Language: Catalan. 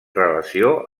relació